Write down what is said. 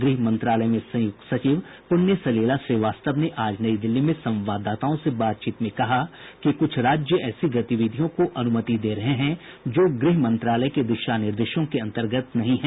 गृह मंत्रालय में संयुक्त सचिव पुण्य सलिला श्रीवास्तव ने आज नई दिल्ली में संवाददाताओं से बातचीत में कहा कि कुछ राज्य ऐसी गतिविधियों को अनुमति दे रहे हैं जो गृह मंत्रालय के दिशा निर्देशों के अन्तर्गत नहीं हैं